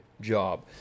job